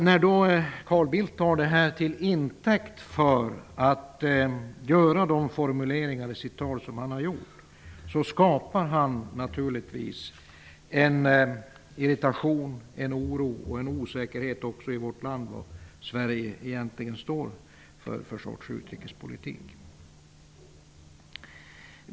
När Carl Bildt tar det här till intäkt för att göra de formuleringar som han har gjort i sitt tal, skapar han naturligtvis en irritation, en oro och en osäkerhet också i vårt land om vilken sorts utrikespolitik som Sverige egentligen står för.